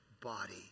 body